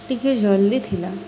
ଟିକିଏ ଜଲ୍ଦି ଥିଲା